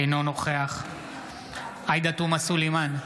אינו נוכח עאידה תומא סלימאן,